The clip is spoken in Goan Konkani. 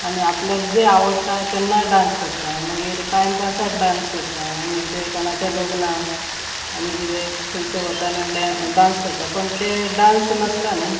आनी आपल्याक जे आवडटा तेन्नाय डांस करता मागीर टायमपास डांस करता आनी कितें कोणाचें लग्ना आनी किदें खंय खंय वताना ड डांस करता पण तें डांस नासता न्ही